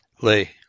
lay